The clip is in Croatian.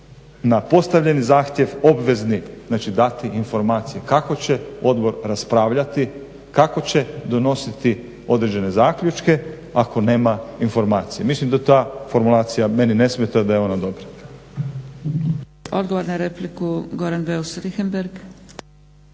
na postavljeni zahtjev obvezni dati informacije. Kako će odbor raspravljati, kako će donositi određene zaključke ako nema informacije. Mislim da ta formulacija meni ne smeta da je ona dobra.